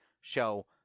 show